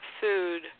food